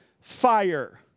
fire